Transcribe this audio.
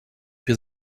wir